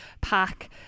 pack